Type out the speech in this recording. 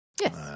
Yes